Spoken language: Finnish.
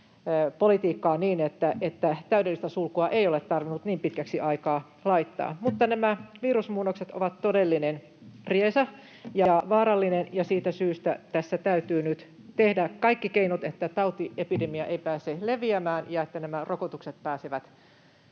politiikkaa niin, että täydellistä sulkua ei ole tarvinnut niin pitkäksi aikaa laittaa. Mutta nämä virusmuunnokset ovat todellinen ja vaarallinen riesa, ja siitä syystä tässä täytyy nyt tehdä kaikki keinot, että tautiepidemia ei pääse leviämään ja että rokotuksilla